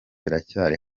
iracyari